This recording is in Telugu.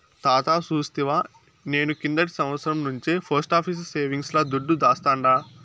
తాతా సూస్తివా, నేను కిందటి సంవత్సరం నుంచే పోస్టాఫీసు సేవింగ్స్ ల దుడ్డు దాస్తాండా